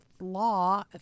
law